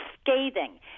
scathing